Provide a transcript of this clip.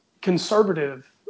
conservative